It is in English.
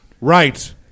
Right